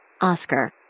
Oscar